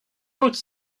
haute